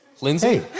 Lindsay